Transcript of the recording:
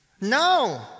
no